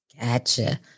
gotcha